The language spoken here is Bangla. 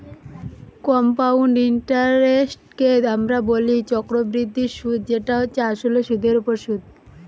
কম্পাউন্ড ইন্টারেস্টকে আমরা বলি চক্রবৃদ্ধি সুধ যেটা হচ্ছে আসলে সুধের ওপর সুধ